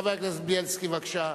חבר הכנסת בילסקי, בבקשה.